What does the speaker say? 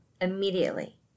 immediately